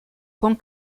con